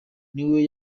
niwe